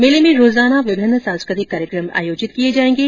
मेले में रोजाना विभिन्न सांस्कृतिक कार्यकम आयोजित किए जाएंगे